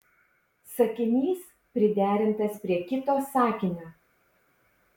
sakinys priderintas prie kito sakinio